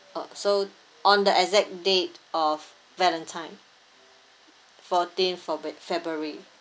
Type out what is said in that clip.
orh so on the exact date of valentine fourteen fobrua~ february